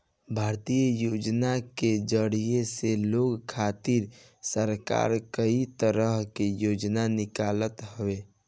भारतीय योजना के जरिया से लोग खातिर सरकार कई तरह के योजना निकालत हवे